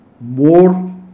more